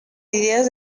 ideas